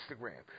Instagram